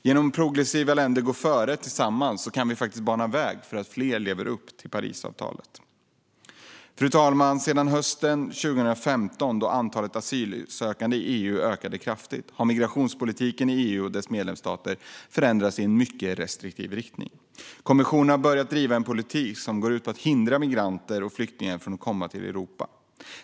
Genom att progressiva länder går före tillsammans kan vi bana väg för att fler lever upp till Parisavtalet. Fru talman! Sedan hösten 2015, då antalet asylsökande i EU ökade kraftigt, har migrationspolitiken i EU och dess medlemsstater förändrats i en mycket restriktiv riktning. Kommissionen har börjat driva en politik som går ut på att hindra migranter och flyktingar från att komma till Europa.